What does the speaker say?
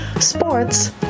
sports